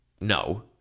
no